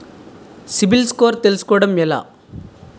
CIBIL score తెల్సుకోటం ఎలా?